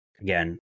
Again